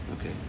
Okay